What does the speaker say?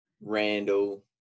Randall